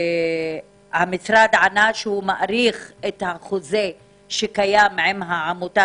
המשרד ענה שהוא מאריך את החוזה שקיים עם העמותה